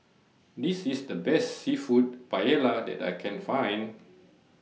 This IS The Best Seafood Paella that I Can Find